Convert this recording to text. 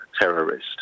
terrorist